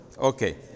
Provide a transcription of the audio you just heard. Okay